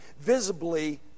visibly